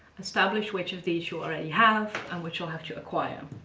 establish which of these you already have and which you'll have to acquire.